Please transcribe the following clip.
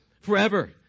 Forever